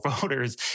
voters